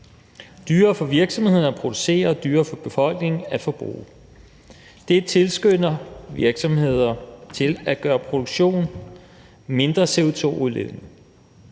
dyrere for virksomhederne at producere og dyrere for befolkningen at forbruge. Det tilskynder virksomheder til at gøre produktion mindre CO2-udledende,